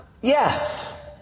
Yes